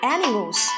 Animals